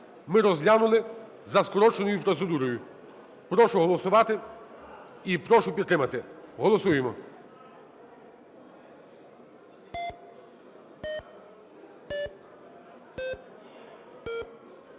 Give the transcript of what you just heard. ми розглянули за скороченою процедурою. Прошу голосувати і прошу підтримати. Голосуємо.